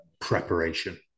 preparation